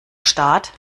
staat